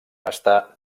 està